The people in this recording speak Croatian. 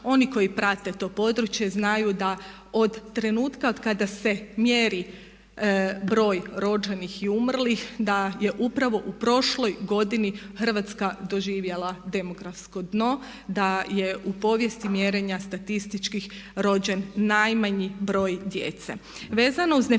Oni koji prate to područje znaju da od trenutka od kada se mjeri broj rođenih i umrlih da je upravo u prošloj godini Hrvatska doživjela demografsko dno, da je u povijesti mjerenja statističkih rođen najmanji broj djece.